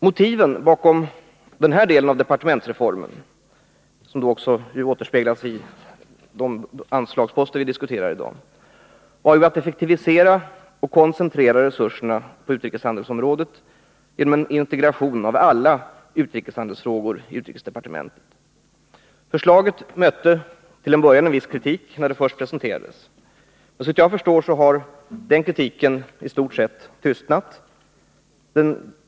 Motiven bakom den här delen av departementsreformen — som avspeglats i de anslagsposter som vi diskuterar i dag — var att effektivisera och koncentrera resurserna på utrikeshandelsområdet genom en integration av alla utrikeshandelsfrågor i utrikesdepartementet. Förslaget mötte viss kritik när det först presenterades, men såvitt jag förstår har den kritiken i stort sett tystnat.